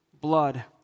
blood